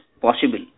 possible